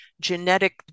genetic